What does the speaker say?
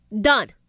done